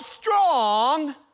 strong